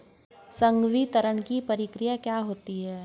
संवितरण की प्रक्रिया क्या होती है?